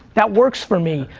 that works for me.